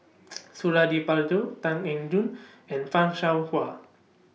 Suradi Parjo Tan Eng Joo and fan Shao Hua